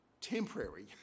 temporary